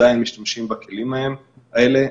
ועדיין משתמשים בכלים האלה.